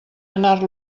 anar